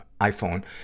iPhone